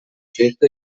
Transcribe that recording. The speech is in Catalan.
festa